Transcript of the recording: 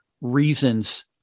reasons